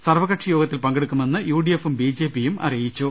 സർവ്വകക്ഷി യോഗത്തിൽ പങ്കെടുക്കുമെന്ന് യുഡിഎഫും ബിജെ പിയും അറിയിച്ചു